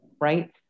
right